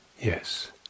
yes